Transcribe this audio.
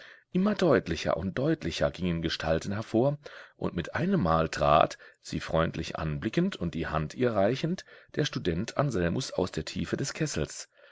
immer deutlicher und deutlicher gingen gestalten hervor und mit einemmal trat sie freundlich anblickend und die hand ihr reichend der student anselmus aus der tiefe des kessels